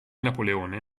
napoleone